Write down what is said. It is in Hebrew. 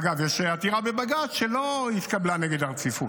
אגב, יש עתירה לבג"ץ שלא התקבלה נגד הרציפות.